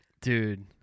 Dude